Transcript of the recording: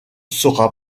sera